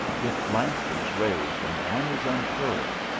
with lances raised and banners unfurled,